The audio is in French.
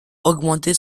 augmenter